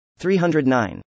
309